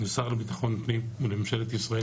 לשר לביטחון פנים ולממשלת ישראל,